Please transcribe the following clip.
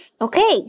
Okay